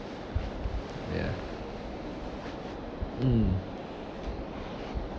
ya mm